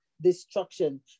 destruction